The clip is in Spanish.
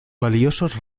valiosos